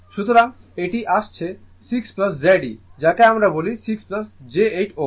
সুতরাং এটি আসছে 6 Z e যাকে আমরা বলি 6 j 8 Ω